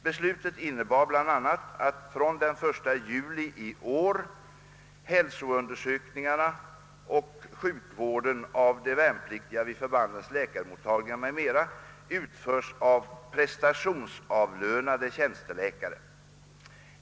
Beslutet innebar bl.a. att från den 1 juli i år hälsoundersökningarna och sjukvården av de värnpliktiga vid förbandens läkarmottagning m.m. utförs av prestationsavlönade tjänsteläkare.